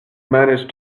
manage